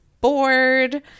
bored